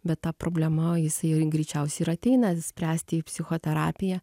bet ta problema jisai greičiausiai ir ateina spręsti į psichoterapiją